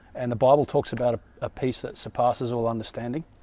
and the bible talks about ah peace that surpasses all understanding